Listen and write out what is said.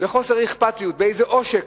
בחוסר אכפתיות, באיזה עושק,